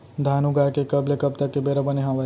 धान उगाए के कब ले कब तक के बेरा बने हावय?